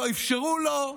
לא אפשרו לו,